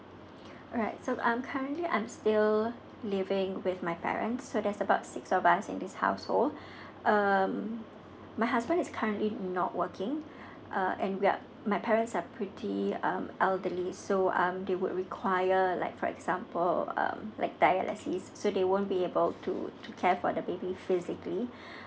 alright so I'm currently I'm still living with my parents so there's about six of us in this household um my husband is currently not working uh and ya my parents are pretty um elderly so um they would require like for example um like dialysis so they won't be able to take care for the baby be physically